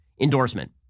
endorsement